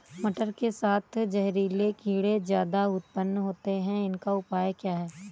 मटर के साथ जहरीले कीड़े ज्यादा उत्पन्न होते हैं इनका उपाय क्या है?